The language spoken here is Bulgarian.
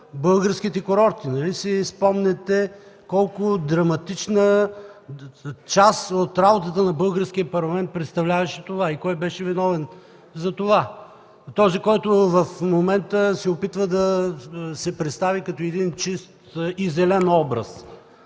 българските курорти. Нали си спомняте колко драматична част от работата на българския парламент представляваше това и кой беше виновен за него? Този, който в момента се опитва да се представи като чист и зелен образ.